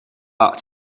are